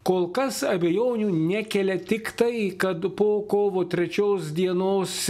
kol kas abejonių nekelia tik tai kad po kovotrečios dienos